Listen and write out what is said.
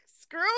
screw